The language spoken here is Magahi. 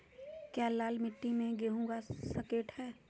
क्या लाल मिट्टी में गेंहु उगा स्केट है?